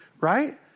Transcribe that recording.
right